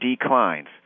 declines